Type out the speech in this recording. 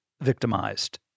victimized